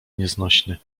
nieznośny